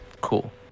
cool